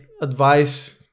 advice